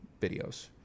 videos